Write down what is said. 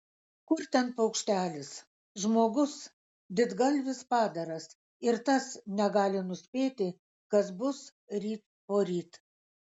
kur ten paukštelis žmogus didgalvis padaras ir tas negali nuspėti kas bus ryt poryt